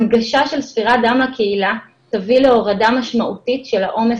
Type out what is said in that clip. הנגשה של ספירת דם לקהילה תביא להורדה משמעותית של העומס